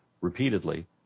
repeatedly